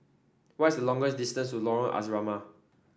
what is the longer distance Lorong Asrama